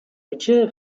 gdzie